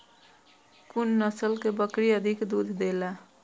कुन नस्ल के बकरी अधिक दूध देला?